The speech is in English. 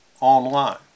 online